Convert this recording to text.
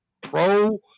pro